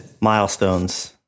milestones